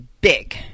big